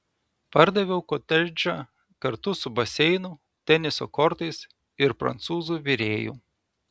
pardaviau kotedžą kartu su baseinu teniso kortais ir prancūzų virėju